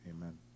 Amen